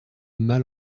mal